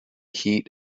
heat